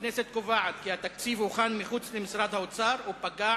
הכנסת קובעת כי התקציב הוכן מחוץ למשרד האוצר ופגע